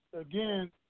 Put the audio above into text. again